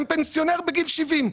הם פנסיונר בגיל 70,